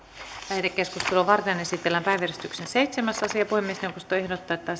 lähetekeskustelua varten esitellään päiväjärjestyksen kymmenes asia puhemiesneuvosto ehdottaa että